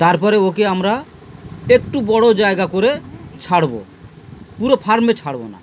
তারপরে ওকে আমরা একটু বড়ো জায়গা করে ছাড়বো পুরো ফার্মে ছাড়বো না